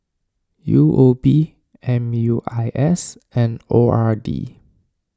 U O B M U I S and O R D